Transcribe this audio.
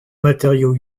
matériaux